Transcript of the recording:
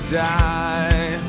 die